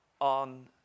on